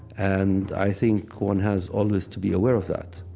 and i think one has always to be aware of that.